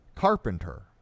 carpenter